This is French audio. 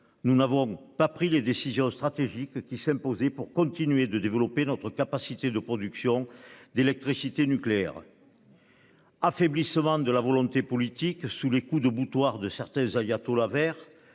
Nous n'avons pas pris les décisions stratégiques qui s'imposaient pour continuer de développer notre capacité de production d'électricité nucléaire. Affaiblissement de la volonté politique sous les coups de boutoir de certains ayatollahs verts,